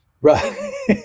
Right